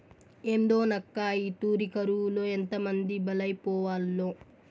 ఏందోనక్కా, ఈ తూరి కరువులో ఎంతమంది బలైపోవాల్నో